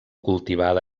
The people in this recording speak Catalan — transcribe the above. cultivada